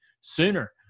sooner